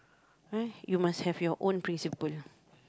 !huh! you must have your own principle